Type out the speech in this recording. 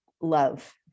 love